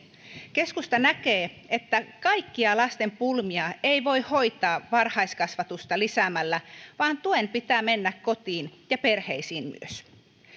keskusta näkee että kaikkia lasten pulmia ei voi hoitaa varhaiskasvatusta lisäämällä vaan tuen pitää mennä kotiin ja perheisiin myös